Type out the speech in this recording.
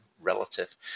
relative